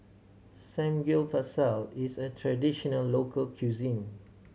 samgeyopsal is a traditional local cuisine